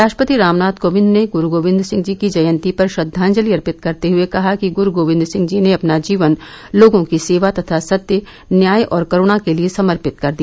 राष्ट्रपति रामनाथ कोविन्द ने गुरू गोबिन्द सिंह जी की जयंती पर श्रद्वांजलि अर्पित करते हुए कहा कि गुरू गोबिन्द सिंह जी ने अपना जीवन लोगों की सेवा तथा सत्य न्याय और करूणा के लिए समर्पित कर दिया